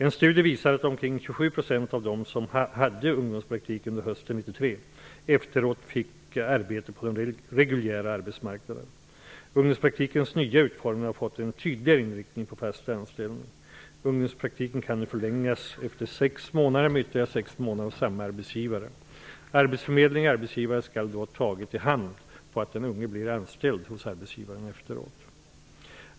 En studie visar att omkring 27 % av dem som hade ungdomspraktik under hösten 1993 efteråt fick arbete på den reguljära arbetsmarknaden. Ungdomspraktikens nya utformning har fått en tydligare inriktning på fast anställning. Ungdomspraktiken kan nu förlängas efter sex månader med ytterligare sex månader hos samma arbetsgivare. Arbetsförmedling och arbetsgivare skall då ha ''tagit i hand'' på att den unge blir anställd hos arbetsgivaren efteråt.